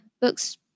books